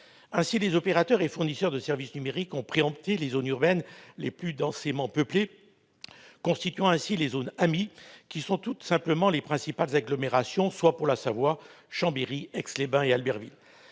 Ainsi, les opérateurs et fournisseurs de services numériques ont préempté les zones urbaines les plus densément peuplées, constituant les zones dites AMII, qui sont tout simplement les principales agglomérations, soit, pour la Savoie, Chambéry, Aix-les-Bains et Albertville.